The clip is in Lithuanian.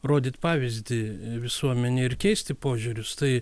rodyt pavyzdį visuomenei ir keisti požiūrius tai